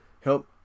help